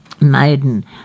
Maiden